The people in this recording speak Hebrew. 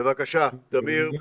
בבקשה, תמיר,